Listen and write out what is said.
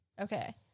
Okay